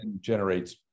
generates